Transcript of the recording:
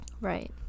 Right